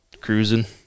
cruising